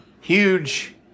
Huge